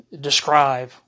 Describe